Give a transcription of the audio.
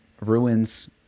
ruins